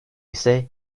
ise